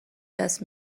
دست